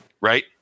Right